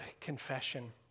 confession